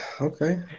Okay